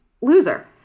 loser